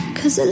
Cause